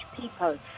people